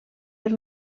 per